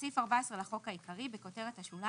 סעיף 14 בסעיף 14 לחוק העיקרי בכותרת השוליים,